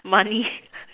money